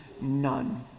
none